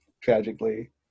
tragically